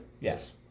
Yes